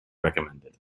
recommended